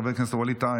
חבר הכנסת ווליד טאהא,